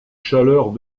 chaleurs